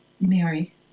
Mary